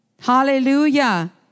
Hallelujah